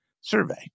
survey